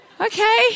Okay